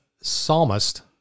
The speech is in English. Psalmist